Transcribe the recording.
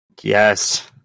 Yes